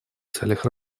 целях